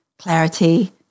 clarity